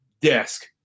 desk